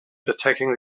attacking